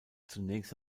zunächst